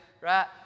right